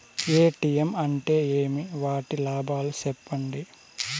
ATM అంటే ఏమి? వాటి లాభాలు సెప్పండి